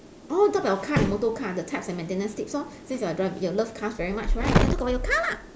orh talk about your car and motor car the types and maintenance tips lor since you drive you love cars very much right then talk about your car lah